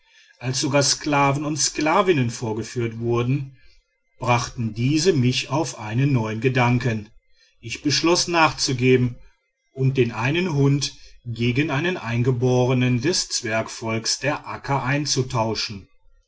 als sogar sklaven und sklavinnen vorgeführt wurden brachten diese mich auf einen neuen gedanken ich beschloß nachzugeben und den einen hund gegen einen eingeborenen des zwergvolks der akka einzutauschen